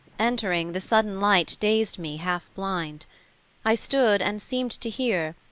entering, the sudden light dazed me half-blind i stood and seemed to hear,